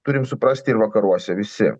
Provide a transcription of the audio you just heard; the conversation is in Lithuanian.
turim suprasti ir vakaruose visi